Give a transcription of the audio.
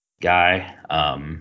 guy